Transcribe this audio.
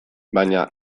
baina